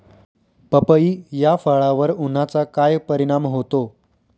पपई या फळावर उन्हाचा काय परिणाम होतो?